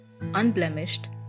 unblemished